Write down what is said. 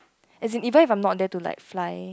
as in even I am not there like to fly